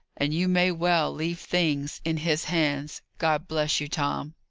and you may well leave things in his hands. god bless you, tom!